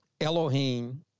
Elohim